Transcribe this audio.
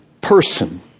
person